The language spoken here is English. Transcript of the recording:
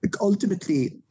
ultimately